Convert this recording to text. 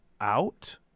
out